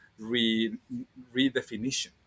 redefinition